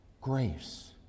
Grace